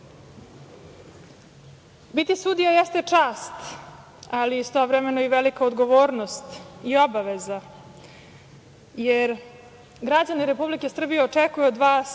Biti sudija jeste čast, ali istovremeno i velika odgovornost i obaveza jer građani Republike Srbije očekuju od vas